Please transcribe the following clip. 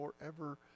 forever